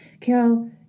Carol